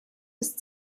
ist